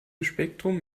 spektrum